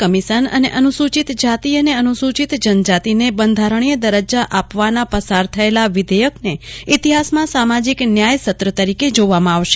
commission અને અનુસ્રચિત જાતિ અને અનુસ્રચિત જનજાતિને બંધારણીય દરજ્જા આપવાના પસાર થયેલા વિઘેયકને ઈતિહાસમાં સામાજિક ન્યાય સત્ર તરીકે જાવામાં આવશે